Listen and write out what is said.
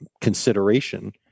consideration